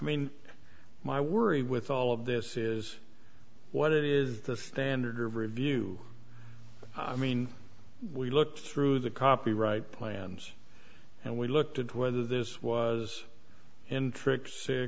mean my worry with all of this is what is the standard of review i mean we looked through the copyright plans and we looked at whether this was in trick sick